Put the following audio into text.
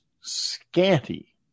scanty